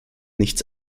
nichts